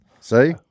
See